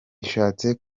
bishatse